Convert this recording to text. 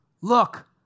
Look